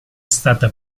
stata